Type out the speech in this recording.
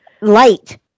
light